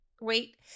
Wait